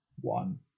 one